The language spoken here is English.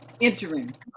entering